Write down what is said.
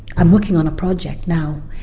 i'm working on a project now,